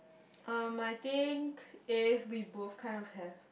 um I think if we both kind of have